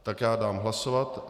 Takže dám hlasovat.